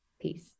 peace